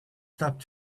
stop